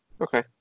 Okay